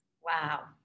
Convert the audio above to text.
Wow